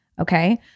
Okay